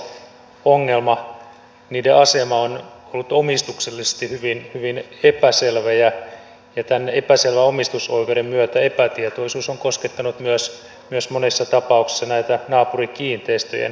niiden asema on ollut omistuksellisesti hyvin epäselvä ja tämän epäselvän omistusoikeuden myötä epätietoisuus on koskettanut monissa tapauksissa myös näitä naapurikiinteistöjen omistajia